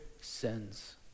sins